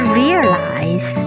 realize